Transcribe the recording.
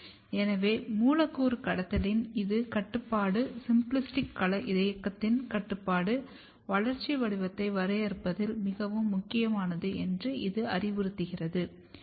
எனவே மூலக்கூறு கடத்தலின் இந்த கட்டுப்பாடு சிம்பிளாஸ்டிக் கள இயக்கத்தின் கட்டுப்பாடு வளர்ச்சி வடிவத்தை வரையறுப்பதில் மிகவும் முக்கியமானது என்று இது அறிவுறுத்துகிறது